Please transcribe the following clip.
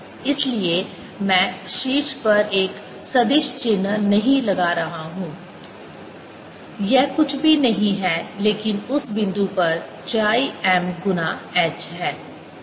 इसलिए मैं शीर्ष पर एक सदिश चिह्न नहीं लिख रहा हूं यह कुछ भी नहीं है लेकिन उस बिंदु पर chi m गुणा h है